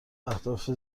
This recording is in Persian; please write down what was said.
اهداف